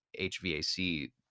hvac